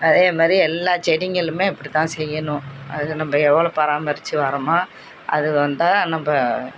அதேமாதிரி எல்லா செடிகளுமே இப்படிதான் செய்யணும் அது நம்ம எவ்வளோ பாராமரித்து வரமோ அது வந்தால் நம்ம